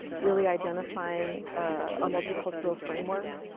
really identifying a multicultural framework,